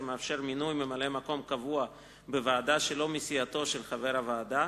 המאפשר מינוי ממלא-מקום קבוע בוועדה שלא מסיעתו של חבר הוועדה,